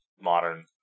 modern